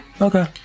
Okay